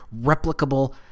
replicable